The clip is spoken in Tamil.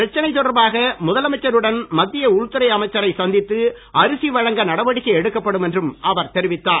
பிரச்சனை தொடர்பாக முதலமைச்சருடன் மத்திய உள்துறை அமைச்சரை சந்தித்து அரிசி வழங்க நடவடிக்கை எடுக்கப்படும் என்றும் அவர் தெரிவித்தார்